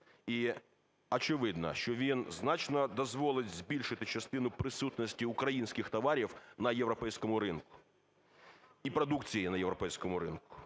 І, очевидно, що він значно дозволить збільшити частину присутності українських товарів на європейському ринку і продукції на європейському ринку.